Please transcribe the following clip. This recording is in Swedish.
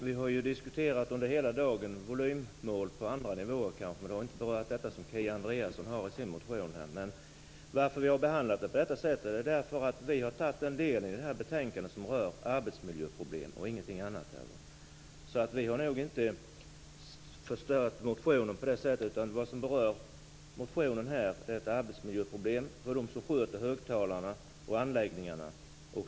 Herr talman! Vi har under hela dagen diskuterat volymmål på andra nivåer, men det har inte berört det som Kia Andreasson tar upp i sin motion. Anledningen till att vi har gjort den här behandlingen är att vi har tagit upp den del som rör arbetsmiljöproblem i det här betänkandet och inget annat. Vi har nog inte förstört motionen på det sättet. Motionen berör att det är ett arbetsmiljöproblem för dem som sköter högtalarna och anläggningarna.